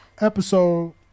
episode